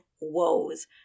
woes